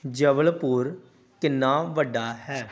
ਜਬਲਪੁਰ ਕਿੰਨਾ ਵੱਡਾ ਹੈ